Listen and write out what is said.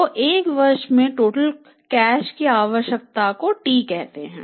तो 1 वर्ष मे टोटल कैश की आवश्यकता को T कहते हैं